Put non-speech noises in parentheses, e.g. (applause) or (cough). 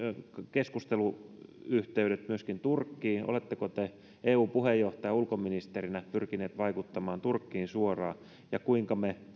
keskusteluyhteydet myöskin turkkiin oletteko te eun puheenjohtajamaan ulkoministerinä pyrkinyt vaikuttamaan turkkiin suoraan ja kuinka me (unintelligible)